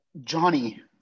Johnny